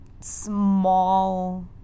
small